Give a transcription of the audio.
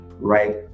right